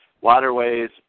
waterways